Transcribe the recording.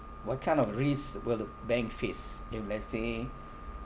what kind of risk will bank face if let's say